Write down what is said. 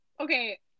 Okay